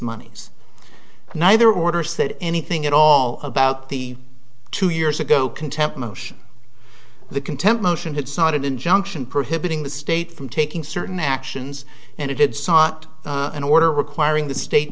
monies neither order said anything at all about the two years ago contempt motion the contempt motion it's not an injunction prohibiting the state from taking certain actions and it had sought an order requiring the state